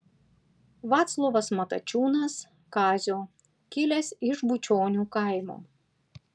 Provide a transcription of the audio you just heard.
vaclovas matačiūnas kazio kilęs iš bučionių kaimo